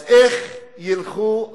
אז איך ינועו